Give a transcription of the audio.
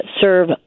serve